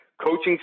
coaching